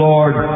Lord